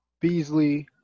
Beasley